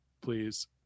please